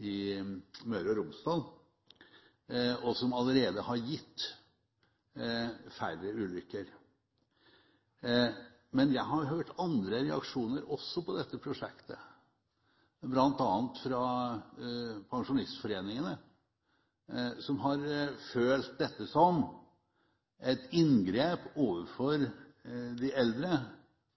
i Møre og Romsdal, og som allerede har ført til færre ulykker. Men jeg har hørt andre reaksjoner også på dette prosjektet, bl.a. fra pensjonistforeningene, som har følt dette som et inngrep overfor de eldre